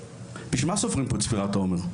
בשביל מה סופרים פה את ספירת העומר,